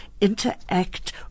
interact